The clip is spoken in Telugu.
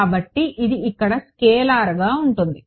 కాబట్టి ఇది ఇక్కడ స్కేలార్గా ఉంటుంది